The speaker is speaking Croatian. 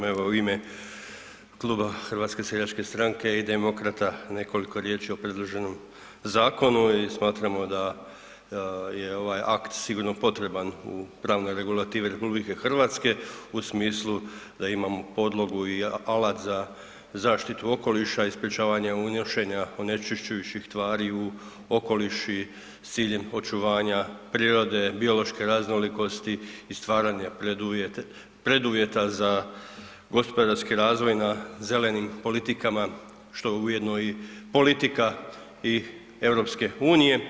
Evo u ime kluba HSS-a i demokrata nekoliko riječi o predloženom zakonu i smatramo da je ovaj akt sigurno potreban u pravnoj regulativi RH u smislu da imamo podlogu i alat za zaštitu okoliša i sprečavanje unošenja onečišćujućih tvari u okoliš i s ciljem očuvanja prirode, biološke raznolikosti i stvaranja preduvjeta za gospodarski razvoj na zelenim politikama, što je ujedno i politika EU.